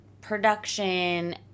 production